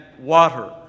water